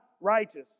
righteous